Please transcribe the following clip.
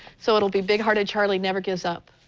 so it will be big hearted charlie never gives up.